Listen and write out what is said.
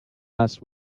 last